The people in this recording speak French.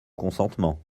consentement